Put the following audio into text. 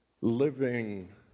living